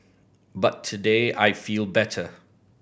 but today I feel better